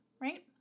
right